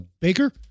baker